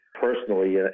personally